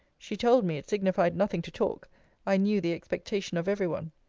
she told me, it signified nothing to talk i knew the expectation of every one.